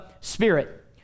spirit